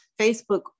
Facebook